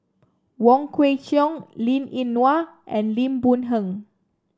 Wong Kwei Cheong Linn In Hua and Lim Boon Heng